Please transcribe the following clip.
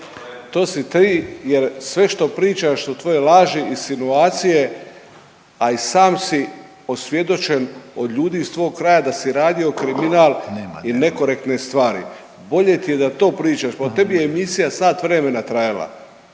to si ti jer sve što pričaš su tvoje laži, insinuacije, a i sam si osvjedočen od ljudi iz tvog kraja da si radio kriminal i nekorektne stvari. Bolje ti je da to pričaš, pa o temi je emisija sat vremena trajala.